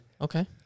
Okay